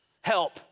help